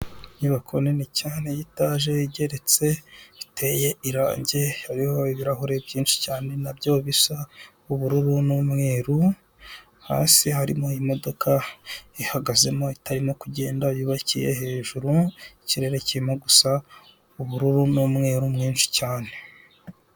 Inyubako nini cyane ya etage igeretse, iteye irangi, hariho ibirahure byinshi cyane nabyo bisa ubururu n'umweru, hasi harimo imodoka ihagazemo itarimo kugenda yubakiye hejuru, ikirere kirimo gusa ubururu n'umweru mwinshi cyane.